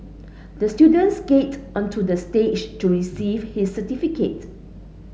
the students skated onto the stage to receive his certificate